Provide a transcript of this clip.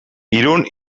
irun